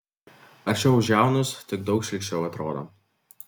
aršiau už jaunus tik daug šlykščiau atrodo